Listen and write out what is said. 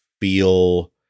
feel